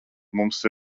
mums